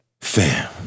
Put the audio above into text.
Fam